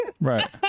Right